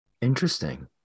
interesting